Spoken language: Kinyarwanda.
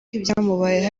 ibyamubayeho